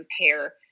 compare